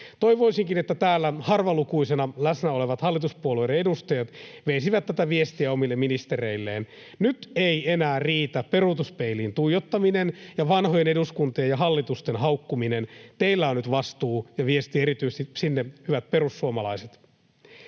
Toivoisinkin, että täällä harvalukuisena läsnä olevat hallituspuolueiden edustajat veisivät tätä viestiä omille ministereilleen. Nyt ei enää riitä peruutuspeiliin tuijottaminen ja vanhojen eduskuntien ja hallitusten haukkuminen. Teillä on nyt vastuu — viestinä erityisesti sinne, hyvät perussuomalaiset.